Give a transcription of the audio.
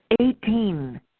Eighteen